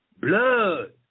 blood